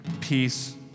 peace